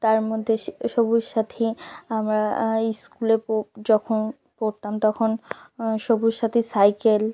তার মধ্যে সবুজ সাথী আমরা স্কুলে পো যখন পড়তাম তখন সবুজ সাথী সাইকেল